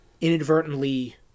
inadvertently